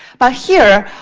but, here,